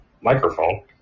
microphone